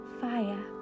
fire